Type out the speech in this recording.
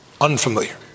unfamiliar